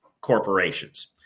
corporations